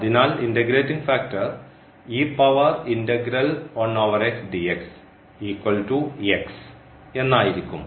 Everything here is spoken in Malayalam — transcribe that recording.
അതിനാൽ ഇൻറഗ്രേറ്റിംഗ് ഫാക്ടർ എന്നായിരിക്കും